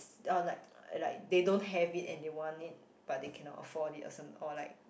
or like like they don't have it and they want it but they cannot afford it or some or like